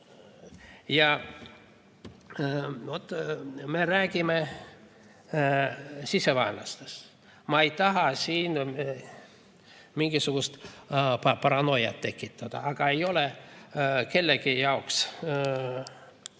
räägime sisevaenlastest. Ma ei taha siin mingisugust paranoiat tekitada, aga ei ole kellegi jaoks